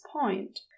point